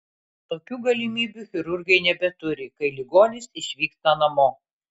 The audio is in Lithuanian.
tokių galimybių chirurgai nebeturi kai ligonis išvyksta namo